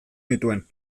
nituen